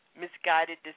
misguided